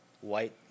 white